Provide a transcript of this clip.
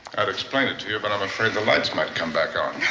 i'd explain it to you, but i'm afraid the lights might come back on.